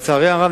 לצערי הרב,